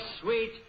sweet